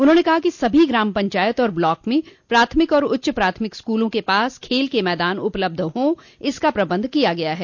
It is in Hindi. उन्होंने कहा कि सभी ग्राम पंचायत और ब्लाक में प्राथमिक और उच्च प्राथमिक स्कूलों के पास खेल के मैदान उपलब्ध हो इसका प्रबंध किया गया है